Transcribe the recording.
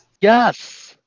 Yes